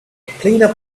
cleaner